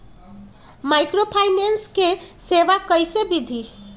Microfinance के सेवा कइसे विधि?